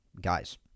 guys